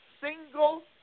single